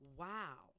wow